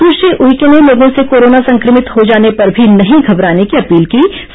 संश्री उइके ने लोगों से कोरोना संक्रमित हो जाने पर भी नहीं घबराने की अपील कीं